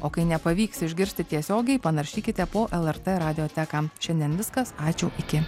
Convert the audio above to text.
o kai nepavyks išgirsti tiesiogiai panaršykite po lrt radioteką šiandien viskas ačiū iki